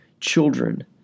children